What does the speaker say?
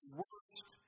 worst